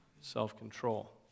self-control